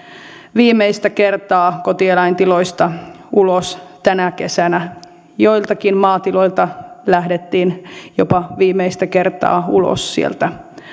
viimeistä kertaa kotieläintiloista ulos tänä kesänä joiltakin maatiloilta lähdettiin jopa viimeistä kertaa ulos